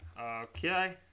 Okay